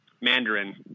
Mandarin